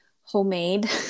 homemade